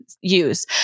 use